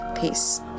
Peace